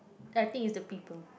ya I think is the people